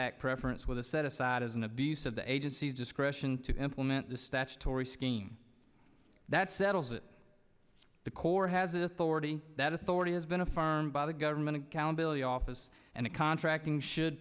act preference with a set aside as an abuse of the agency's discretion to implement the statutory scheme that settles it the court has authority that authority has been affirmed by the government accountability office and it contracting should